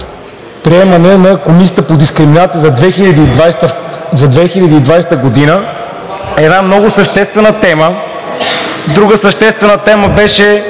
Доклада на Комисията по дискриминация за 2020 г. – една много съществена тема. Друга съществена тема беше